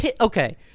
Okay